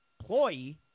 employee